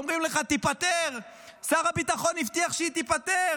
הוא אומר לך: תיפתר, שר הביטחון הבטיח שהיא תיפתר.